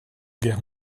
guerre